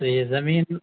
تو یہ زمین